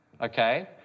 okay